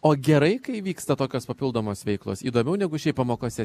o gerai kai vyksta tokios papildomos veiklos įdomiau negu šiaip pamokose